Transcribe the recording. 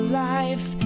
life